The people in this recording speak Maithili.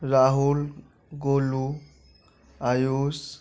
राहुल गोलू आयुष